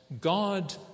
God